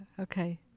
okay